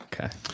Okay